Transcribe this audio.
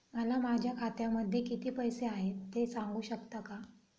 मला माझ्या खात्यामध्ये किती पैसे आहेत ते सांगू शकता का?